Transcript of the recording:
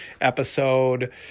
episode